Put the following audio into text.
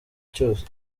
cyose